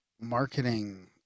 marketing